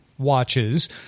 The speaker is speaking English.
watches